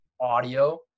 audio